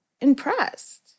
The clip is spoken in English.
impressed